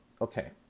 okay